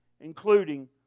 including